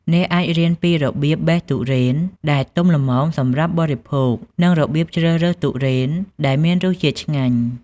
អ្នកអាចរៀនពីរបៀបបេះទុរេនដែលទុំល្មមសម្រាប់បរិភោគ និងរបៀបជ្រើសរើសទុរេនដែលមានរសជាតិឆ្ងាញ់។